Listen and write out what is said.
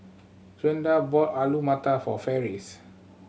Gwenda bought Alu Matar for Ferris